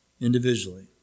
individually